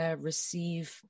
receive